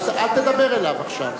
אל תדבר אליו עכשיו.